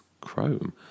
chrome